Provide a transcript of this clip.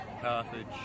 Carthage